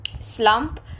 slump